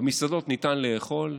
במסעדות ניתן לאכול,